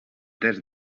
temps